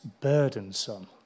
burdensome